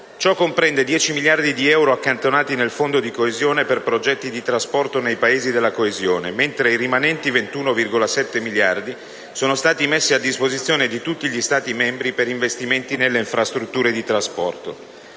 Ciò comprende 10 miliardi di euro accantonati nel Fondo di coesione per progetti di trasporto nei Paesi della coesione, mentre i rimanenti 21,7 miliardi sono stati messi a disposizione di tutti gli Stati membri per investimenti nelle infrastrutture di trasporto.